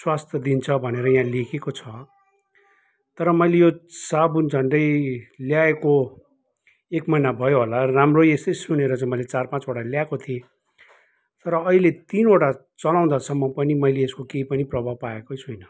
स्वास्थ्य दिन्छ भनेर यहाँ लेखिएको छ तर मैले यो साबुन झन्डै ल्याएको एक महिना भयो होला राम्रो यस्तै सुनेर चाहिँ मैले चार पाँचवटा ल्याएको थिएँ तर अहिले तिनवटा चलाउँदासम्म पनि मैले यसको केही पनि प्रभाव पाएकै छुइनँ